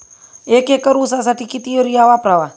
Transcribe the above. एक एकर ऊसासाठी किती युरिया वापरावा?